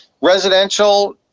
residential